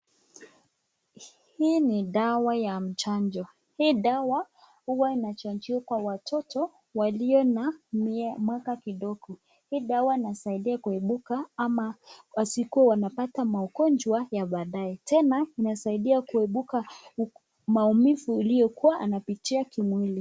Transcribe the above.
Hii ni dawa ya mchanjo. Hii dawa huwa inachanjiwa Kwa watoto walio na miaka kidogo. Hii dawa inasaidia kuepuka ama wasikuwe wanapata magonjwa ya baadaye. Tena inasaidia kuepuka maumivu aliyokuwa anapitia kimwili.